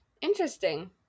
interesting